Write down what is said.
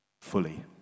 fully